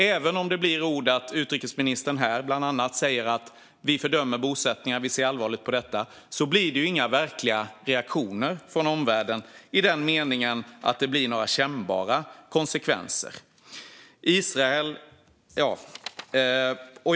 Även om utrikesministern här säger att man fördömer bosättningarna och att man ser allvarligt på denna fråga blir det inga verkliga reaktioner från omvärlden i den meningen att det blir några kännbara konsekvenser.